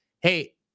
hey